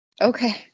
Okay